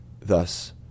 Thus